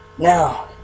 Now